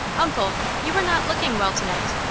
uncle, you are not looking well to-night.